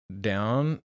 down